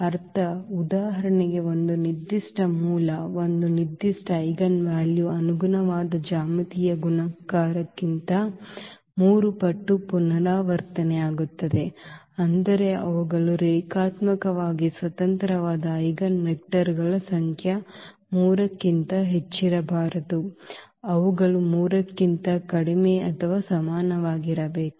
ಅರ್ಥ ಉದಾಹರಣೆಗೆ ಒಂದು ನಿರ್ದಿಷ್ಟ ಮೂಲ ಒಂದು ನಿರ್ದಿಷ್ಟ ಐಜೆನ್ ವ್ಯಾಲ್ಯೂ ಅನುಗುಣವಾದ ಜ್ಯಾಮಿತೀಯ ಗುಣಾಕಾರಕ್ಕಿಂತ 3 ಪಟ್ಟು ಪುನರಾವರ್ತನೆಯಾಗುತ್ತದೆ ಅಂದರೆ ಅವುಗಳು ರೇಖಾತ್ಮಕವಾಗಿ ಸ್ವತಂತ್ರವಾದ ಐಜೆನ್ವೆಕ್ಟರ್ಗಳ ಸಂಖ್ಯೆ 3 ಕ್ಕಿಂತ ಹೆಚ್ಚಿರಬಾರದು ಅವುಗಳು 3 ಕ್ಕಿಂತ ಕಡಿಮೆ ಅಥವಾ ಸಮನಾಗಿರಬೇಕು